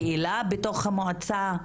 פעילה בתוך המועצה?